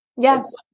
Yes